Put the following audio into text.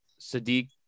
Sadiq